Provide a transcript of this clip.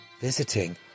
visiting